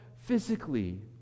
physically